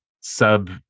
sub